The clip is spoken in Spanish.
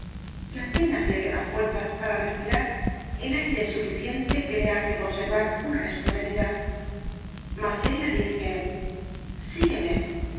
y apenas le quedan fuerzas para respirar el aire suficiente que le hace conservar un resto de vida más él la dice sigúeme